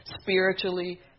spiritually